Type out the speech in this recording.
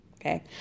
Okay